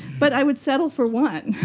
but i would settle for one.